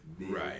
right